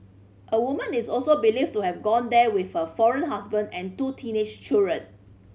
a woman is also believed to have gone there with her foreign husband and two teenage children